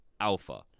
alpha